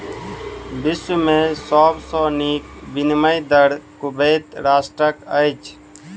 विश्व में सब सॅ नीक विनिमय दर कुवैत राष्ट्रक अछि